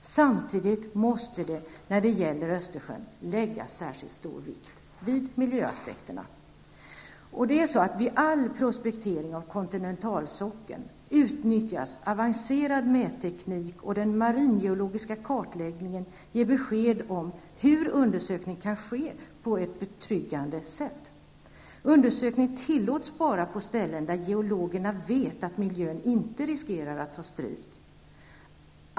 Samtidigt måste man när det gäller Östersjön fästa särskilt stor vikt vid miljöaspekterna. Vid all prospektering av kontinentalsockeln utnyttjas avancerad mätteknik, och den maringeologiska kartläggningen ger besked om hur undersökning kan ske på ett betryggande sätt. Undersökning tillåts bara på ställen där geologerna vet att miljön inte riskerar att ta stryk.